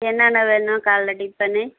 என்னன்ன வேணும் காலை டிஃபனு